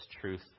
truth